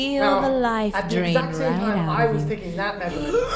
now at the exact same time i was taking that measurement,